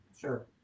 Sure